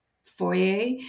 foyer